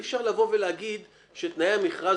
תנאי הסף